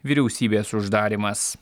vyriausybės uždarymas